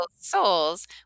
souls